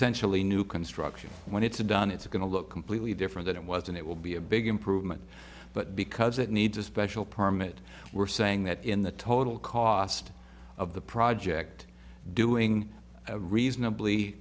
essentially new construction when it's done it's going to look completely different than it was and it will be a big improvement but because it needs a special permit we're saying that in the total cost of the project doing a reasonably